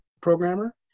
programmer